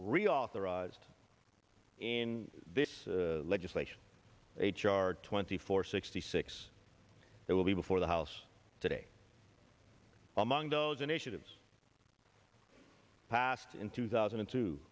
reauthorized in this legislation h r twenty four sixty six it will be before the house today among those initiatives passed in two thousand and two